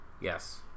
Yes